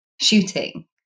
shooting